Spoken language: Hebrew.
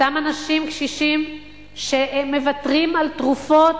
אותם אנשים קשישים שמוותרים על תרופות,